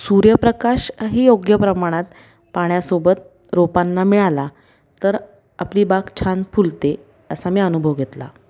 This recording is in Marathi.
सूर्यप्रकाश ही योग्य प्रमाणात पाण्यासोबत रोपांना मिळाला तर आपली बाग छान फुलते असा मी अनुभव घेतला